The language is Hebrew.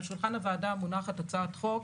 על שולחן הוועדה מונחת הצעת חוק